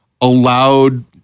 allowed